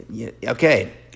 okay